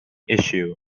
issue